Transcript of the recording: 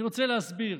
אני רוצה להסביר